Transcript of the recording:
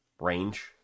range